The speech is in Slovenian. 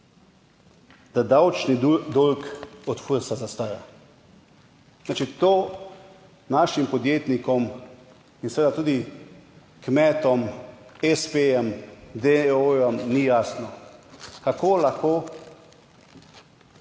da davčni dolg od Fursa zastara? Znači to našim podjetnikom in seveda tudi kmetom, espejem, deoojem ni jasno, kako lahko